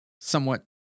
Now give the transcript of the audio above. somewhat